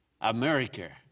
America